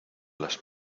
las